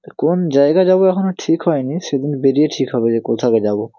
কোন জায়গা যাব এখনও ঠিক হয় নি সেদিন বেরিয়ে ঠিক হবে যে কোথায় যাব